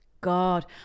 God